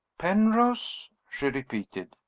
penrose? she repeated.